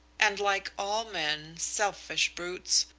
and like all men selfish brutes!